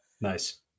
Nice